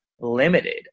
limited